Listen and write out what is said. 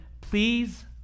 please